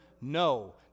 no